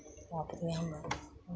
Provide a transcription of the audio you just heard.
आब तऽ उएहमे